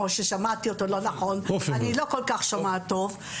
או ששמעתי אותו לא נכון כי אני לא כל כך שומעת טוב,